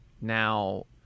Now